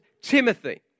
Timothy